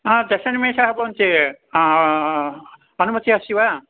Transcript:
हा दशनिमेषाः भवन्ति अनुमति अस्ति वा